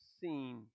seen